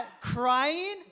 Crying